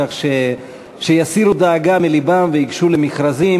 כך שיסירו דאגה מלבם וייגשו למכרזים,